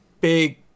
big